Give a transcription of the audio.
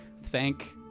thank